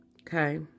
Okay